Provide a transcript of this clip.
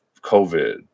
COVID